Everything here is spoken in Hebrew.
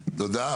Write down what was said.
תודה.